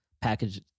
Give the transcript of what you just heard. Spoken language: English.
package